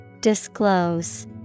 Disclose